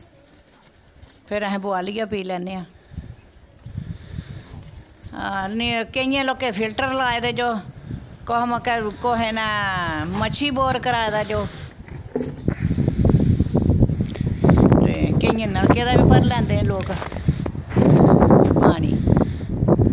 फिर अस बोआलियै पी लैन्ने आं केइयें लोकें फिल्टर लाए दे जो कुसै मौकै कुसै नै मच्छी बोर कराए दा जो ते केइयें नलके दा बी भरी लैंदे नै लोक पानी